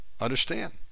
understand